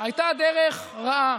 הייתה דרך רעה,